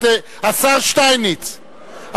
השר שטייניץ,